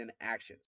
actions